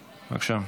בבקשה.